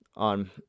on